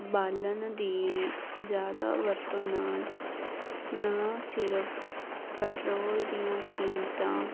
ਬਾਲਣ ਦੀ ਜਿਆਦਾ ਵਰਤੋਂ ਨਾਲ ਨਾ ਸਿਰਫ ਪੈਟਰੋਲ ਦੀਆਂ ਕੀਮਤਾਂ